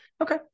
Okay